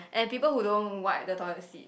and people who don't wipe the toilet seat